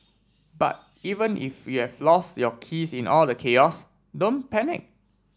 but even if you've lost your keys in all the chaos don't panic